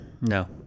no